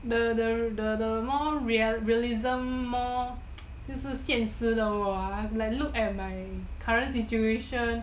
the the the the more realism more 就是现实的我啊 look at my current situation